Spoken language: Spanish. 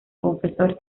confesor